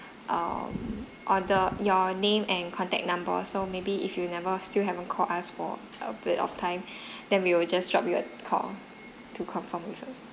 err order your name and contact number so maybe if you never still haven't call us for a bit of time then we will just drop you a call to confirm with you